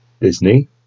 Disney